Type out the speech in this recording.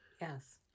Yes